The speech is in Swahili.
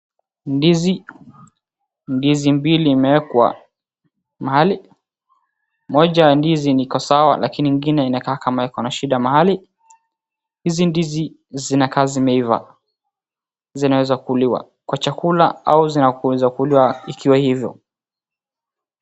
Ndizi mbili imeekwa mahali. Moja ya ndizi iko sawa lakini ingine inakaa ikona shida mahali. Hizi ndizi zinakaa zimeiva, zinaeza kuliwa kwa chakula au zinaeza kuliwa ikiwa hivyo.